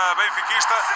benfiquista